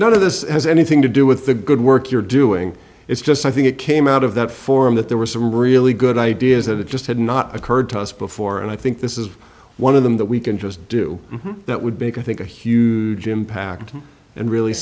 none of this has anything to do with the good work you're doing it's just i think it came out of that forum that there were some really good ideas of the just had not occurred to us before and i think this is one of them that we can just do that would be to think a huge impact and really